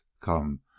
COME